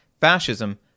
fascism